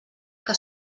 que